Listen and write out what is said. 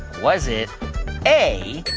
was it a,